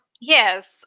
Yes